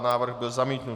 Návrh byl zamítnut.